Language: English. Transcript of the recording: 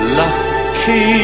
lucky